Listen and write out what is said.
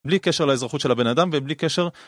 בלי קשר לאזרחות של הבן אדם ובלי קשר.